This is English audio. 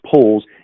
polls